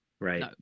right